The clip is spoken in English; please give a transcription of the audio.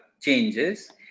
changes